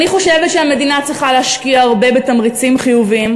אני חושבת שהמדינה צריכה להשקיע הרבה בתמריצים חיוביים,